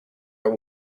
are